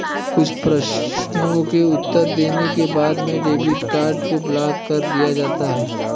कुछ प्रश्नों के उत्तर देने के बाद में डेबिट कार्ड को ब्लाक कर दिया जाता है